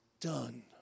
done